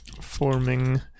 forming